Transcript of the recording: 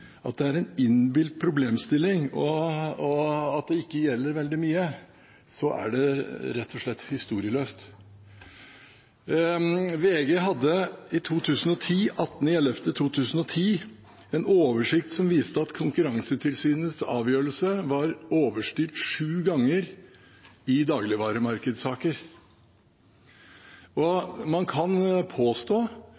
at det er en innbilt problemstilling, og at det ikke gjelder veldig mye, er det rett og slett historieløst. VG hadde den 18. november i 2010 en oversikt som viste at Konkurransetilsynets avgjørelser var overstyrt syv ganger i dagligvaremarkedsaker. Og